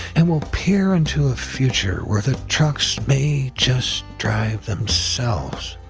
and we'll peer into a future where the trucks may just drive themselves.